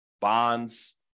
bonds